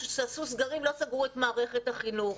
כשעשו סגרים לא סגרו את מערכת החינוך.